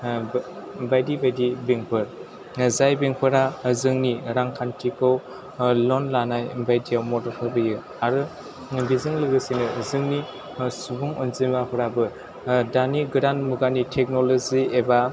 बायदि बायदि बेंकफोर जाय बेंकफोरा जोंनि रांखान्थिखौ लन लानाय बायदियाव मदद होहोयो आरो बेजों लोगोसेनो जोंनि सुबुं अन्जिमाफोराबो दानि गोदान मुगानि टेकन'लजि एबा